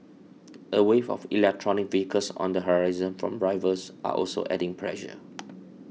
a wave of electric vehicles on the horizon from rivals are also adding pressure